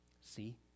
See